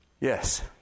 Yes